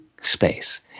space